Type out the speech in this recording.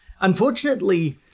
Unfortunately